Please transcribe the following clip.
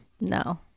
No